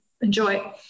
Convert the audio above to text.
enjoy